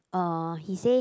uh he say